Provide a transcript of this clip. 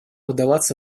вдаваться